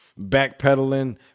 backpedaling